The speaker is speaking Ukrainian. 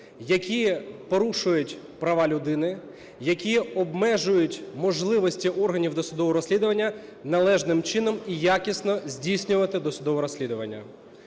які порушують права людини, які обмежують можливості органів досудового розслідування належним чином і якісно здійснювати досудове розслідування.